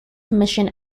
commission